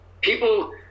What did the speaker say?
People